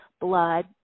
blood